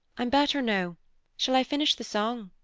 i'm better now shall i finish the song?